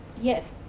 yes,